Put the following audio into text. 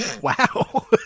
Wow